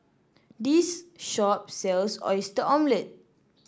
this shop sells Oyster Omelette